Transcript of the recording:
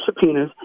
subpoenas